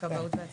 (היו"ר מירב בן ארי)